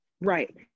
Right